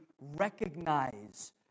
recognize